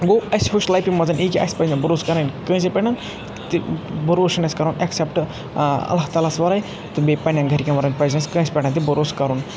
گوٚو اسہِ وُچھ لایِفہِ منٛزن یی کہِ اَسہِ پَزِ نہٕ بَرُوسہٕ کَرُن کٲنٛسے پؠٹھ تہِ بَرُوسہٕ چھِنہٕ اَسہِ کَرُن ایٚکسِؠپٹہٕ آ اَللہ تعالیٰ ہَس وَرٲے تہٕ بیٚیہِ پَنِؠن گَرکِؠن وَرٲے پَزِ نہٕ اَسہِ کٲنٛسہِ پؠٹھ تہِ برُوسہٕ کَرُن